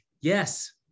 yes